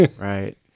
Right